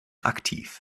aktiv